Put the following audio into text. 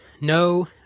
No